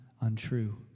untrue